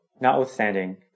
notwithstanding